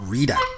Rita